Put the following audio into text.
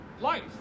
life